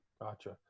Gotcha